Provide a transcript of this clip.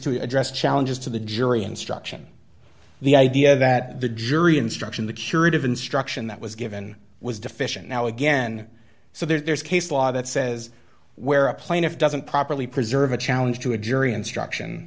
to address challenges to the jury instruction the idea that the jury instruction the curative instruction that was given was deficient now again so there's case law that says where a plaintiff doesn't properly preserve a challenge to a jury instruction